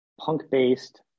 punk-based